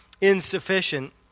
insufficient